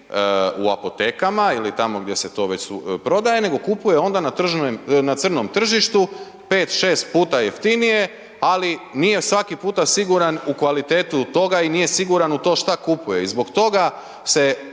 u apotekama ili tamo gdje se to već prodaje, nego kupuje onda na crnom tržištu 5-6 puta jeftinije, ali nije svaki puta siguran u kvalitetu toga i nije siguran u to što kupuje. I zbog toga se